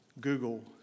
Google